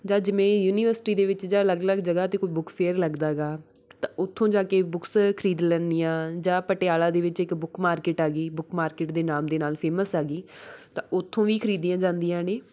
ਜਾਂ ਜਿਵੇਂ ਯੂਨੀਵਰਸਿਟੀ ਦੇ ਵਿੱਚ ਜਾਂ ਅਲੱਗ ਅਲੱਗ ਜਗ੍ਹਾ 'ਤੇ ਕੋਈ ਬੁੱਕ ਫੇਅਰ ਲੱਗਦਾ ਹੈਗਾ ਤਾਂ ਉੱਥੋਂ ਜਾ ਕੇ ਬੁੱਕਸ ਖਰੀਦ ਲੈਂਦੀ ਹਾਂ ਜਾਂ ਪਟਿਆਲਾ ਦੇ ਵਿੱਚ ਇੱਕ ਬੁੱਕ ਮਾਰਕਿਟ ਆ ਗਈ ਬੁੱਕ ਮਾਰਕਿਟ ਦੇ ਨਾਮ ਦੇ ਨਾਲ਼ ਫੇਮਸ ਹੈਗੀ ਤਾਂ ਉੱਥੋਂ ਵੀ ਖਰੀਦੀਆਂ ਜਾਂਦੀਆਂ ਨੇ